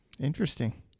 Interesting